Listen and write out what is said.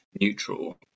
neutral